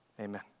Amen